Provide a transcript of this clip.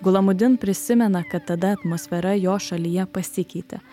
gulamudin prisimena kad tada atmosfera jo šalyje pasikeitė